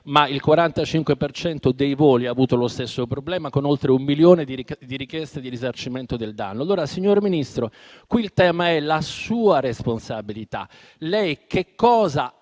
il 45 per cento dei voli, con oltre un milione di richieste di risarcimento del danno. Allora, signor Ministro, qui il tema è la sua responsabilità: lei che cosa